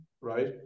right